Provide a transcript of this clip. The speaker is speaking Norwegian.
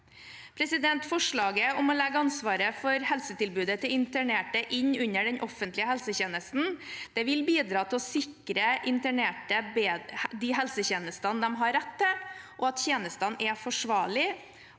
sårbart. Forslaget om å legge ansvaret for helsetilbudet til internerte inn under den offentlige helsetjenesten vil bidra til å sikre at internerte får helsetjenestene de har rett til, og at tjenestene er forsvarlige,